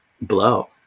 blow